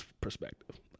perspective